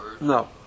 No